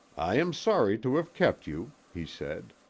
i am sorry to have kept you, he said.